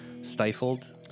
stifled